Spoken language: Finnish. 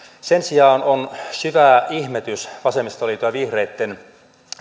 sen sijaan on syvä ihmetys vasemmistoliiton ja vihreitten